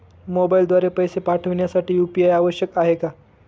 मोबाईलद्वारे पैसे पाठवण्यासाठी यू.पी.आय आवश्यक आहे का?